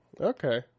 Okay